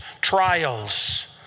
trials